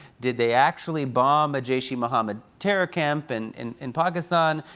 did they actually bomb a jaish-e-mohammed terror camp and in in pakistan?